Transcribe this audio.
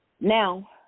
Now